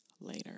later